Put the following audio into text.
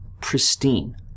pristine